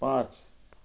पाँच